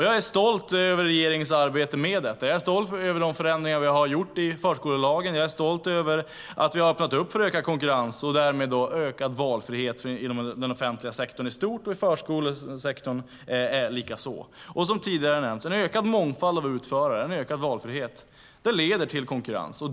Jag är stolt över regeringens arbete med detta. Jag är stolt över de förändringar vi har gjort i förskolelagen, och jag är stolt över att vi har öppnat för ökad konkurrens och därmed ökad valfrihet inom den offentliga sektorn i stort och därmed också inom förskolan. En ökad mångfald av utförare och en ökad valfrihet leder till konkurrens.